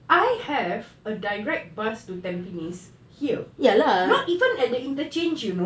I have a direct bus to tampines here not even at the interchange you know